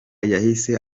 yahise